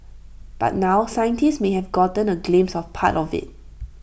but now scientists may have gotten A glimpse of part of IT